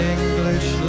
English